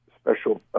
special